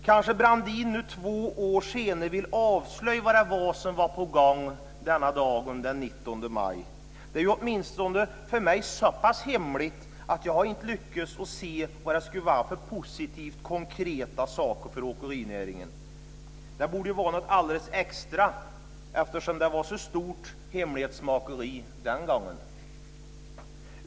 Kanske Brandin nu två år senare vill avslöja vad det var som var på gång denna dag. Det är ju åtminstone för mig så pass hemligt att jag inte har lyckats se vad det skulle vara för positiva konkreta saker för åkerinäringen. Det borde ju ha varit något alldeles extra, eftersom det var så stort hemlighetsmakeri den gången.